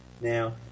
Now